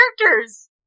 characters